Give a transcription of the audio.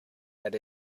that